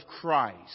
Christ